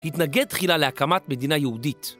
התנגד תחילה להקמת מדינה יהודית.